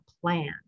plan